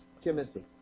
Timothy